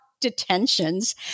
detentions